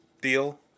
deal